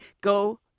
go